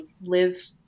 live